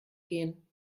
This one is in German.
gehen